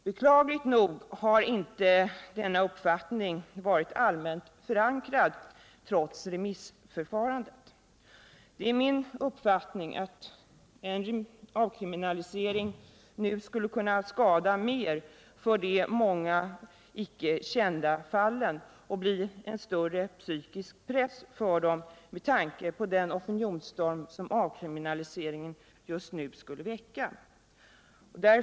Beklagligt nog har inte denna uppfattning varit allmänt förankrad, trots remissförfarandet. Det är min uppfattning att en avkriminalisering nu skulle kunna skada mer för de många icke kända fallen och bli en större psykisk press för dem med tanke på den opinionsstorm som en avkriminalisering just nu skulle kunna väcka.